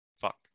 fuck